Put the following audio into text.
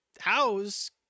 house